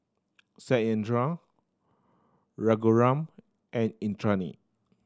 Satyendra Raghuram and Indranee